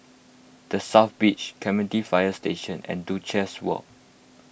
the South Beach Clementi Fire Station and Duchess Walk